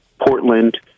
Portland